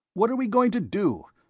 what are we going to do,